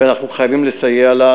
ואנחנו חייבים לסייע לה,